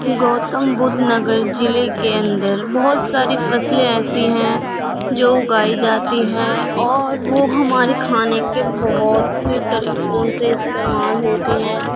گوتم بدھ نگر ضلعے کے اندر بہت ساری فصلیں ایسی ہیں جو اگائی جاتی ہے اور وہ ہماری کھانے کے بہت سے طریقوں سے استعمال ہوتی ہیں